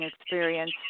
experience